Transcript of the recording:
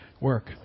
work